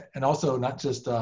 and also, not just